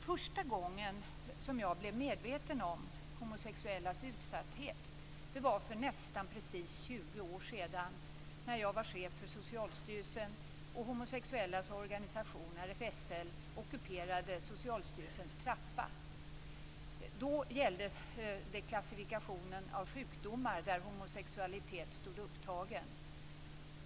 Första gången som jag blev medveten om homosexuellas utsatthet var för nästan precis 20 år sedan, när jag var chef för Socialstyrelsen och de homosexuellas organisation RFSL ockuperade Socialstyrelsens trappa. Då gällde det klassifikationen av sjukdomar, där homosexualitet stod upptagen.